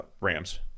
Rams